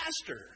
faster